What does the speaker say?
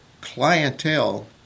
clientele